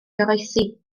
goroesi